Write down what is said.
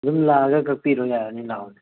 ꯑꯗꯨꯝ ꯂꯥꯛꯑꯒ ꯀꯛꯄꯤꯔꯣ ꯌꯥꯔꯅꯤ ꯂꯥꯛꯑꯣꯅꯦ